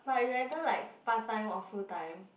but you rather like part time or full time